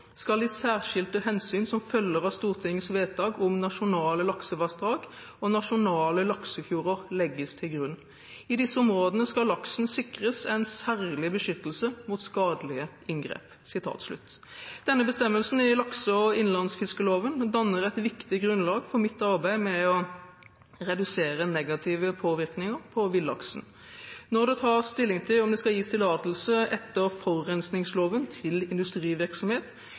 skal de særskilte hensyn som følger av Stortingets vedtak om nasjonale laksevassdrag og nasjonale laksefjorder legges til grunn. I disse områdene skal laksen sikres en særlig beskyttelse mot skadelige inngrep.» Denne bestemmelsen i lakse- og innlandsfiskloven danner et viktig grunnlag for mitt arbeid med å redusere negative påvirkninger på villaksen. Når det tas stilling til om det skal gis tillatelse etter forurensningsloven til industrivirksomhet,